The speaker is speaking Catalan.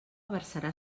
versarà